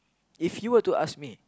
if you were to ask me